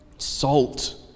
Salt